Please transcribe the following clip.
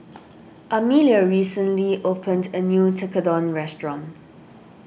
Amelia recently opened a new Tekkadon restaurant